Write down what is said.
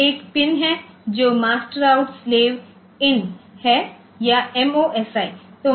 अब एक पिन है जो मास्टर आउट स्लेव इन है या MOSI